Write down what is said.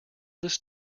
this